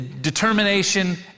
determination